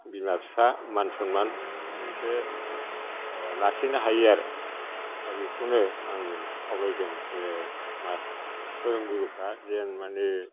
बिमा बिफा मान सन्मान मोनसे लाखिनो हायो आरो दा बेखौनो आं खावलायदों जे मास फोरोंगुरुफ्रा जेन माने